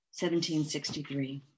1763